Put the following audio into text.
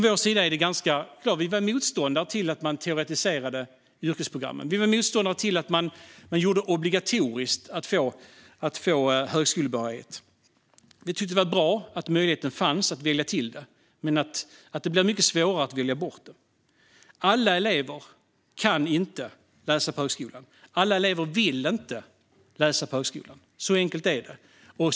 Sverigedemokraterna var motståndare till att man teoretiserade yrkesprogrammen och till att man gjorde det obligatoriskt att få högskolebehörighet. Vi tyckte att det var bra att möjligheten fanns att välja till det, men inte att det blev mycket svårare att välja bort det. Alla elever kan inte läsa på högskola. Alla elever vill inte läsa på högskola. Så enkelt är det.